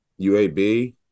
UAB